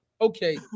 okay